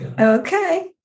Okay